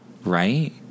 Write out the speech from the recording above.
Right